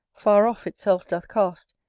far off itself doth cast,